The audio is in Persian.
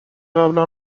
قبلا